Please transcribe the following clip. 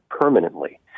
permanently